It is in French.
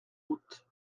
route